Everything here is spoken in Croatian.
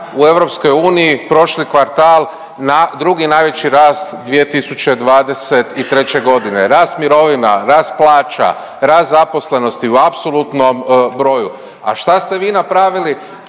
u EU prošli kvartal na, drugi najveći rast 2023. godine. Rast mirovina, rast plaća, rast zaposlenosti u apsolutnom broju, a šta ste vi napravili